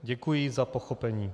Děkuji za pochopení.